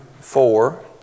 four